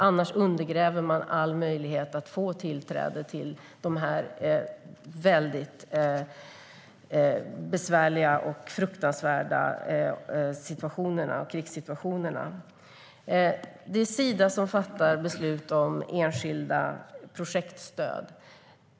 Annars undergräver man all möjlighet att få tillträde till de besvärliga och fruktansvärda krigsområdena. Det är Sida som fattar beslut om enskilda projektstöd.